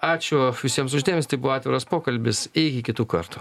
ačiū visiems už dėmesį tai buvo atviras pokalbis iki kitų kartų